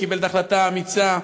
קיבל את ההחלטה האמיצה,